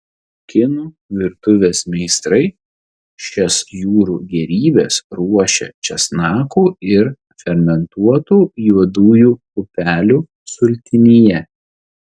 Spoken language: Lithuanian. kinų virtuvės meistrai šias jūrų gėrybes ruošia česnakų ir fermentuotų juodųjų pupelių sultinyje